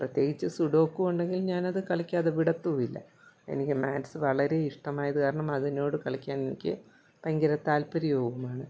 പ്രത്യേകിച്ച് സുഡോക്കു ഉണ്ടെങ്കിൽ ഞാനത് കളിക്കാതെ വിടത്തുമില്ല എനിക്ക് മാത്സ് വളരെ ഇഷ്ടമായതുകാരണം അതിനോടു കളിയ്ക്കാൻ എനിക്ക് ഭയങ്കര താത്പര്യവുമാണ്